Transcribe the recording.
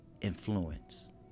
influence